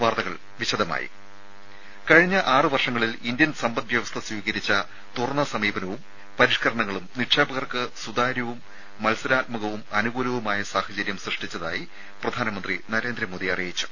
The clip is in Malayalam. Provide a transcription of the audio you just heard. വാർത്തകൾ വിശദമായി കഴിഞ്ഞ ആറ് വർഷങ്ങളിൽ ഇന്ത്യൻ സമ്പദ് വ്യവസ്ഥ സ്വീകരിച്ച തുറന്ന സമീപനവും പരിഷ്കരണങ്ങളും നിക്ഷേപകർക്ക് സുതാര്യവും മത്സരാത്മകവും അനുകൂലവുമായ സാഹചര്യം സൃഷ്ടിച്ചതായി പ്രധാനമന്ത്രി നരേന്ദ്രമോദി അറിയിച്ചു